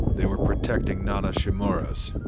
they were protecting nana shimura's.